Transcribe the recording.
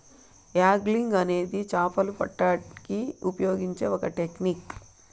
angling అనేది చాపలు పట్టేకి ఉపయోగించే ఒక టెక్నిక్